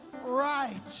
right